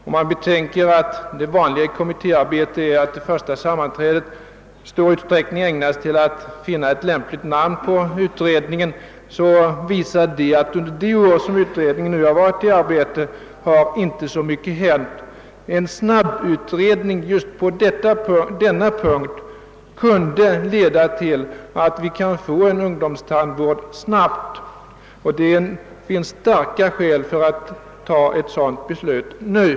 Om man betänker att det första sammanträdet i en kommitté vanligen i stor utsträckning ägnas åt att finna ett lämpligt namn på utredningen, inser man lätt att det under det år utredningen nu varit i verksamhet inte har hänt så mycket. | En snabbutredning just på denna punkt kunde leda till att vi får en ungdomstandvård snabbt. Det finns starka skäl för att fatta ett sådant beslut nu.